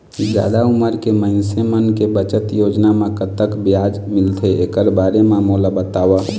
जादा उमर के मइनसे मन के बचत योजना म कतक ब्याज मिलथे एकर बारे म मोला बताव?